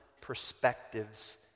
perspectives